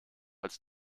als